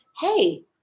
hey